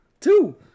Two